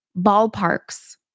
ballparks